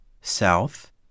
south